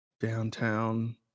Downtown